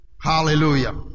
hallelujah